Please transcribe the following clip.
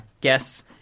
guess